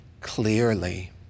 clearly